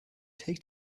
take